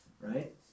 right